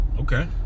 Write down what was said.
Okay